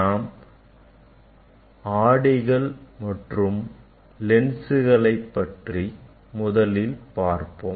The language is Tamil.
நாம் ஆடிகள் மற்றும் லென்ஸ்களை பற்றி முதலில் பார்ப்போம்